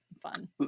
fun